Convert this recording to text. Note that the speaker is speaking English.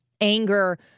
anger